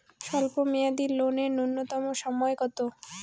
স্বল্প মেয়াদী লোন এর নূন্যতম সময় কতো?